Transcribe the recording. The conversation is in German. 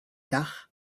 dach